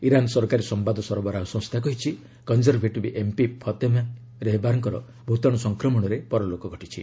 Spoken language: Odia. ଇରାନ୍ ସରକାରୀ ସମ୍ବାଦ ସରବରାହ ସଂସ୍ଥା କହିଛି କଞ୍ଚରଭେଟିବ୍ ଏମ୍ପି ଫତେମେହ ରହବାରଙ୍କର ଭୂତାଣୁ ସଂକ୍ରମଣରେ ପରଲୋକ ଘଟିଛି